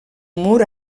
mur